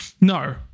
No